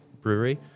brewery